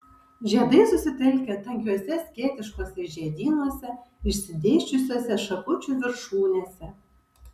žiedai susitelkę tankiuose skėtiškuose žiedynuose išsidėsčiusiuose šakučių viršūnėse